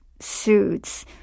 suits